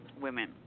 women